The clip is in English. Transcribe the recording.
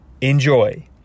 Enjoy